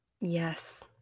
Yes